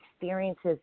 experiences